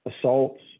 assaults